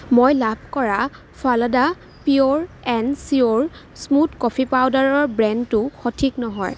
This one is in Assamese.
মই লাভ কৰা Falada pure and cheer smooth coffee পাউদাৰৰ ব্ৰেণ্ডটো সঠিক নহয়